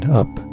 up